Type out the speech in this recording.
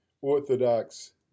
Orthodox